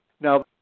now